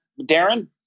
Darren